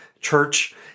church